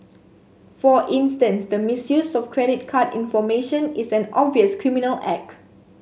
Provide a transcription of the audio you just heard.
for instance the misuse of credit card information is an obvious criminal act